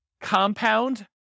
compound